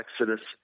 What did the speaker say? Exodus